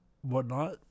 whatnot